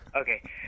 okay